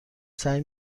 سعی